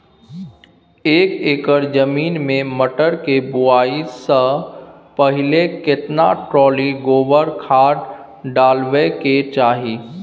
एक एकर जमीन में मटर के बुआई स पहिले केतना ट्रॉली गोबर खाद डालबै के चाही?